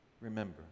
Remember